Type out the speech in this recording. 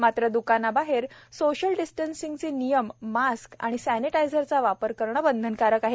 मात्र दुकानाबाहेर सोशल डिस्टटिंगचे नियम मास्क आणि सनेटाईझरचा वापर करणे बंधनकारक असणार आहे